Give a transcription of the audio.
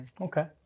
Okay